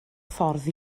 ffordd